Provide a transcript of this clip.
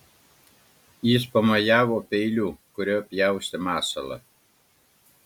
jis pamojavo peiliu kuriuo pjaustė masalą